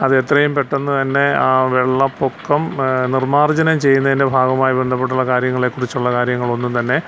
അത് എത്രയും പെട്ടെന്ന് തന്നെ ആ വെള്ളപ്പൊക്കം നിർമ്മാർജനം ചെയ്യുന്നതിൻ്റെ ഭാഗമായി ബന്ധപ്പെട്ടുള്ള കാര്യങ്ങളെക്കുറിച്ചുള്ള കാര്യങ്ങളൊന്നും തന്നെ